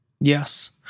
yes